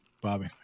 Bobby